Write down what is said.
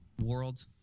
world